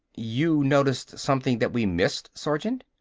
you noticed something that we missed, sergeant?